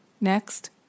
Next